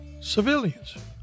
civilians